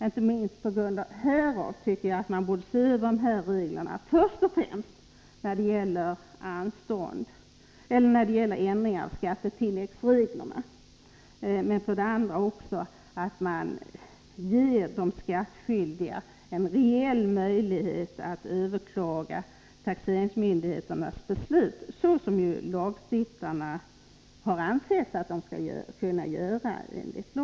Inte minst på grund härav borde reglerna ses över, i första hand skattetilläggsreglerna. Dessutom borde man ge de skattskyldiga en reell möjlighet att överklaga taxeringsmyndigheternas beslut så som lagstiftarna har ansett att de skall kunna göra.